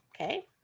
Okay